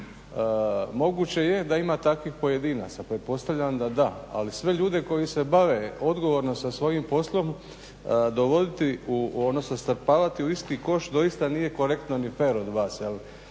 Moguće je da ima takvih pojedinaca, pretpostavljam da da, ali sve ljude koji se bave odgovorno sa svojim poslom dovoditi odnosno strpavati u isti koš doista nije korektno ni fer od vas,